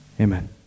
amen